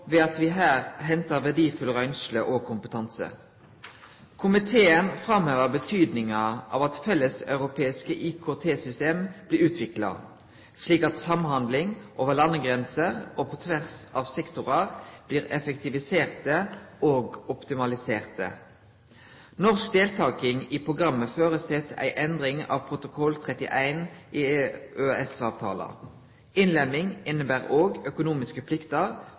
ved at me her hentar verdifull røynsle og kompetanse. Komiteen framhevar betydninga av at felleseuropeiske IKT-system blir utvikla, slik at samhandling over landegrenser og på tvers av sektorar blir effektivisert og optimalisert. Norsk deltaking i programmet føreset ei endring av protokoll 31 i EØS-avtala. Innlemming inneber òg økonomiske plikter